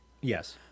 Yes